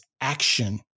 action